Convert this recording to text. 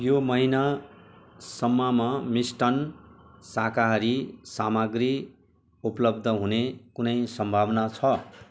यो महिनासम्ममा मिष्टान्न शाकाहारी सामाग्री उपलब्ध हुने कुनै सम्भावना छ